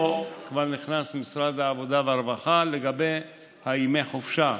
פה כבר נכנס משרד העבודה והרווחה לגבי ימי החופשה.